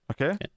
okay